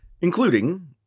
Including